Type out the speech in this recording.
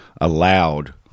allowed